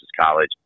college